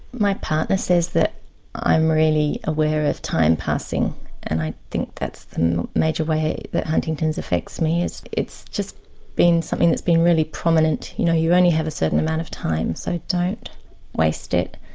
my partner says that i'm really aware of time passing and i think that's the major way that huntington's affects me, it's it's just been something that's been really prominent, you know you only have a certain amount of time so don't waste it.